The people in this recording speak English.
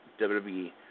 WWE